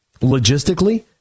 logistically